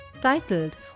titled